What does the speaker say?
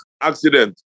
accident